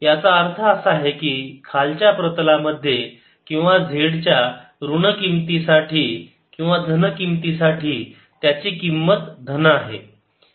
याचा अर्थ असा आहे की खालच्या प्रतला मध्ये किंवा z च्या ऋण किमती साठी किंवा धन किमती साठी त्याची किंमत धन आहे